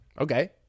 okay